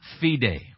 fide